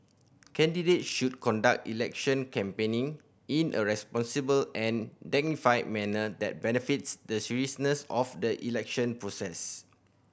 candidates should conduct election campaigning in a responsible and dignified manner that befits the seriousness of the election process